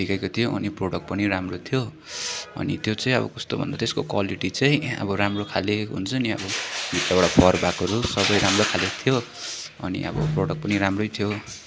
ठिकैको थियो अनि प्रडक्ट पनि राम्रो थियो अनि त्यो चाहिँ अब कस्तो भन्दा त्यसको क्वालिटी चाहिँ अब राम्रो खाले हुन्छ नि अब भित्रबाट फर भएकोहरू सबै राम्रै खाले थियो अनि अब प्रडक्ट पनि राम्रै थियो